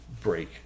break